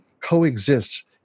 coexist